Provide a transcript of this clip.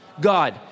God